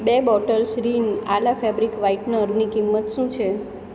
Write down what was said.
બે bottles Rin Ala fabric વ્હાઈટનરની કિંમત શું છે